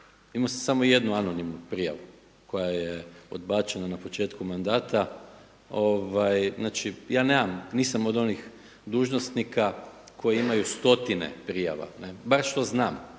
imao sam samo jednu anonimnu prijavu koja je odbačena na početku mandata. Znači ja nemam, nisam od onih dužnosnika koji imaju stotine prijava barem što znam.